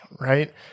Right